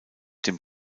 dem